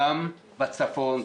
גם בצפון,